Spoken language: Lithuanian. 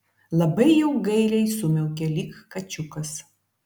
labai jau gailiai sumiaukė lyg kačiukas